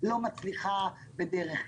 לא מצליחה בדרך כלל.